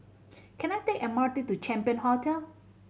can I take M R T to Champion Hotel